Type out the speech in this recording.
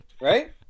right